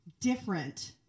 different